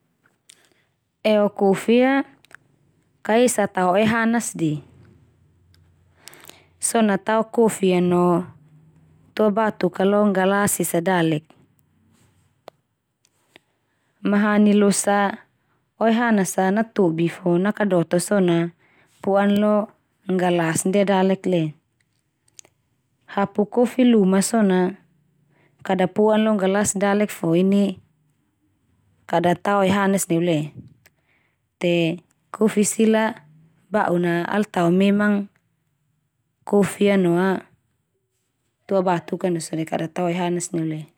Eo kofi ia ka esa tao oe hanas de. So na tao kofi a no tua batuk a lo nggalas esa dalek. Mahani losa oe hanas a natobi fo nakadoto so na po'an lo nggalas ndia dalek le. Hapu kofi luma so na kada po'an lo nggalas dalek fo ini kada tao oe hanas neu le. Te kofi sila ba'un na al tao memang kofi a no a tua batuk ka ndia so de kada tao oe hanas neu le.